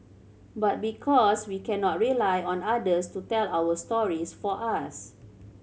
but because we cannot rely on others to tell our stories for us